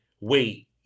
wait